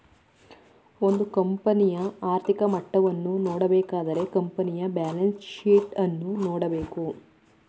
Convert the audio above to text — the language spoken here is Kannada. ಒಂದು ಕಂಪನಿಯ ಆರ್ಥಿಕ ಮಟ್ಟವನ್ನು ನೋಡಬೇಕಾದರೆ ಕಂಪನಿಯ ಬ್ಯಾಲೆನ್ಸ್ ಶೀಟ್ ಅನ್ನು ನೋಡಬೇಕು